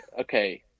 okay